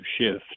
shift